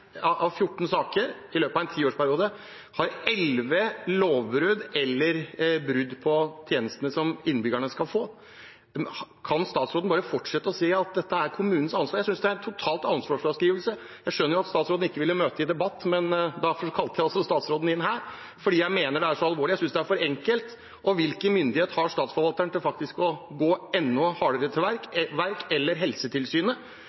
saker i løpet av en tiårsperiode har elleve lovbrudd eller brudd på tjenestene innbyggerne skal få, kan statsråden da bare fortsette å si at dette er kommunens ansvar? Jeg synes det er total ansvarsfraskrivelse. Jeg skjønner at statsråden ikke ville møte i debatt, og derfor kalte jeg statsråden inn her, for jeg mener det er så alvorlig, og jeg synes det er for enkelt. Hvilken myndighet har Statsforvalteren eller Helsetilsynet til faktisk å gå enda hardere til